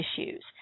issues